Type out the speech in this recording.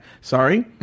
Sorry